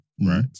Right